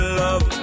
love